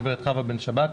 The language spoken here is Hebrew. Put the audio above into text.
גברת חוה בן שבת,